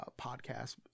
podcast